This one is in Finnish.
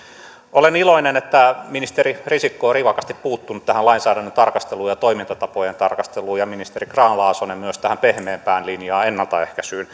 olen iloinen että ministeri risikko on rivakasti puuttunut tähän lainsäädännön tarkasteluun ja toimintatapojen tarkasteluun ja ministeri grahn laasonen myös tähän pehmeämpään linjaan ennaltaehkäisyyn